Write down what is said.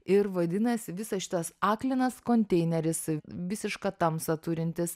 ir vadinasi visas šitas aklinas konteineris visišką tamsą turintis